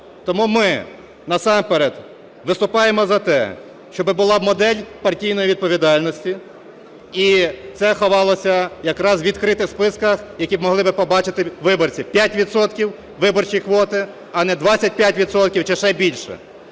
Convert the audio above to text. Тому ми насамперед виступаємо за те, щоби була модель партійної відповідальності, і це ховалося якраз у відкритих списках, які б могли би побачити виборці, 5 відсотків – виборчі квоти, а не 25 чи ще більше.